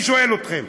אני שואל אתכם,